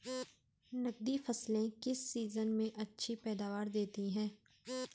नकदी फसलें किस सीजन में अच्छी पैदावार देतीं हैं?